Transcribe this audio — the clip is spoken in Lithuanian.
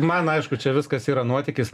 man aišku čia viskas yra nuotykis